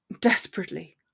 Desperately